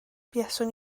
buaswn